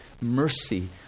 mercy